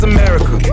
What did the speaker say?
America